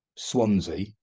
Swansea